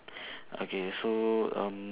okay so um